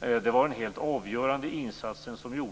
Det var den helt avgörande insatsen.